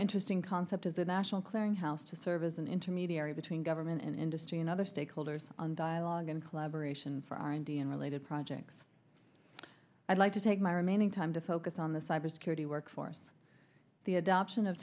interesting concept is a national clearinghouse to serve as an intermediary between government and industry and other stakeholders on dialogue and collaboration for r and d and related projects i'd like to take my remaining time to focus on the cybersecurity work force the adoption of